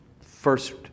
first